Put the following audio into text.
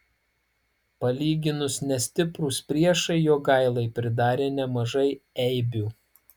palyginus nestiprūs priešai jogailai pridarė nemažai eibių